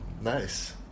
Nice